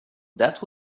that